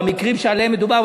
במקרים שעליהם מדובר,